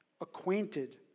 acquainted